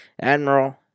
Admiral